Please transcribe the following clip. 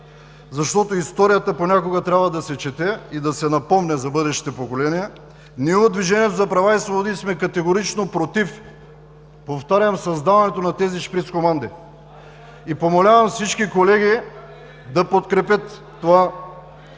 защото историята понякога трябва да се чете и да се напомня за бъдещите поколения, ние от „Движението за права и свободи“ сме категорично против, повтарям, създаването на тези шпицкоманди (реплики от ОП) и моля всички колеги да подкрепят това наше